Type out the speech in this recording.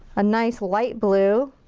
a nice light blue.